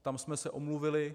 Tam jsme se omluvili.